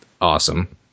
Awesome